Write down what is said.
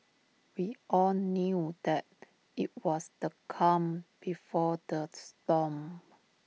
we all knew that IT was the calm before the storm